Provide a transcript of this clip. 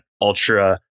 ultra